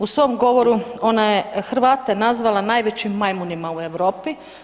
U svom govoru ona je Hrvate nazvala najvećim majmunima u Europi.